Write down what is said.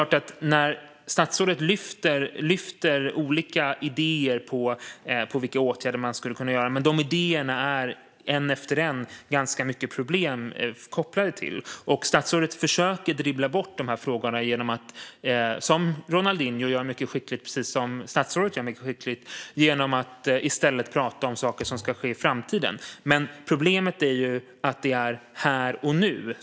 Statsrådet lyfter fram olika idéer på vilka åtgärder man skulle kunna vidta, men det finns ganska mycket problem kopplade till en efter en av de idéerna. Statsrådet försöker, som Ronaldinho, mycket skickligt att dribbla bort de här frågorna. Han gör det genom att i stället prata om saker som ska ske i framtiden. Men problemen finns ju här och nu.